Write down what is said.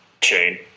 chain